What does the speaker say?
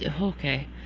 Okay